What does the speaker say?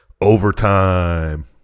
Overtime